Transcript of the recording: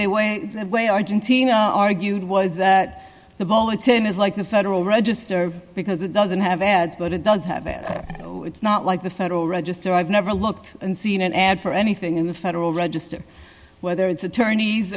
they way way argentina argued was that the boateng is like the federal register because it doesn't have ads but it does have that it's not like the federal register i've never looked and seen an ad for anything in the federal register whether it's attorneys